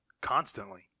constantly